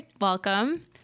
Welcome